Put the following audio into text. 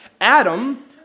Adam